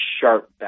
sharp